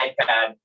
iPad